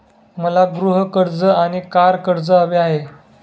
मला गृह कर्ज आणि कार कर्ज हवे आहे